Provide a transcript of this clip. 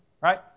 Right